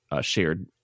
shared